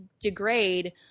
degrade